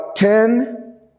Ten